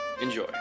Enjoy